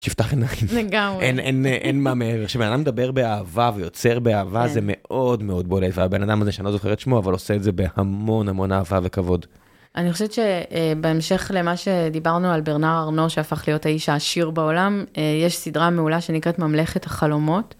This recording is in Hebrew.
לגמרי... אין, אין, אין מה מעבר. כשבן אדם מדבר באהבה ויוצר באהבה, זה מאוד מאוד בולט, והבן אדם הזה שלא זוכר את שמו, אבל עושה את זה בהמון המון אהבה וכבוד. אני חושבת שבהמשך למה שדיברנו על ברנאר ארנו שהפך להיות האיש העשיר בעולם, יש סדרה מעולה שנקראת ממלכת החלומות.